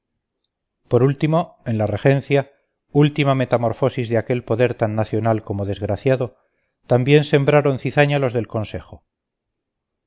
por último en la regencia última metamorfosis de aquel poder tan nacional como desgraciado también sembraron cizaña los del consejo